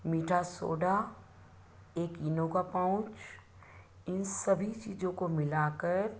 मीठा सोडा एक इनो का पॉउच इन सभी चीज़ों को मिलाकर